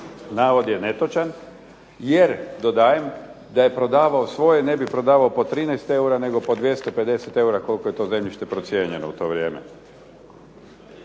Navod je netočan jer dodajem da je prodavao svoje ne bi prodavao po 13 eura nego po 250 eura koliko je to zemljište procijenjeno u to vrijeme.